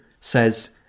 says